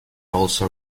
also